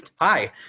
hi